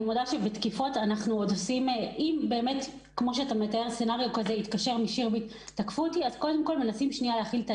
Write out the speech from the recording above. אם באמת יתקשר נציג שירביט ויתלונן על